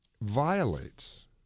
violates